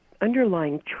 underlying